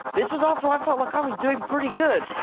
this was after i felt like i was doing pretty good.